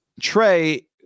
Trey